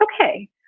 okay